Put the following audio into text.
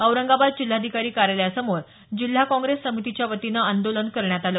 औरंगाबाद जिल्हाधिकारी कार्यालयासमोर जिल्हा काँग्रेस समितीच्या वतीनं आंदोलन करण्यात आलं